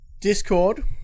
Discord